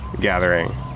gathering